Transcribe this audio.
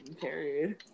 Period